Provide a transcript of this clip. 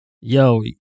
Yo